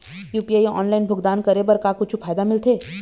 UPI online भुगतान करे बर का कुछू फायदा मिलथे?